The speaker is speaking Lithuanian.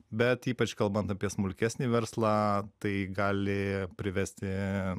bet ypač kalbant apie smulkesnį verslą tai gali privesti